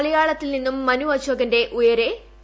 മലയാളത്തിൽ നിന്നും മനു അശോകന്റെ ഉയരെ ടി